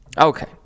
Okay